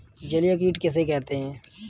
जलीय कीट किसे कहते हैं?